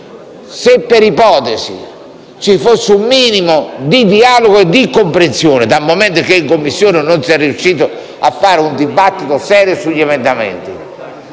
Se per ipotesi ci fosse un minimo di dialogo e comprensione, dal momento che in Commissione non si è riusciti a fare un dibattito serio sugli emendamenti,